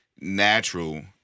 natural